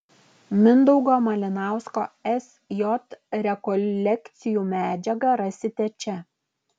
mindaugo malinausko sj rekolekcijų medžiagą rasite čia